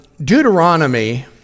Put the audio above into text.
Deuteronomy